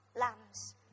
lambs